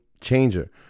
changer